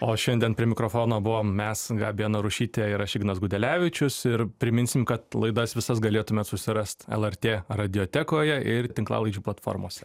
o šiandien prie mikrofono buvom mes gabija narušytė ir aš ignas gudelevičius ir priminsim kad laidas visas galėtumėt susirast lrt radiotekoje ir tinklalaidžių platformose